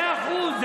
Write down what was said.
מאה אחוז.